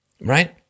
Right